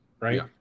right